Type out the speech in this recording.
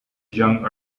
young